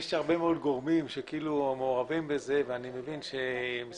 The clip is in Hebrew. יש הרבה מאוד גורמים שמעורבים בזה ואני מבין שהמשרד